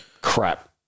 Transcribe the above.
crap